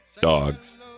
dogs